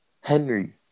Henry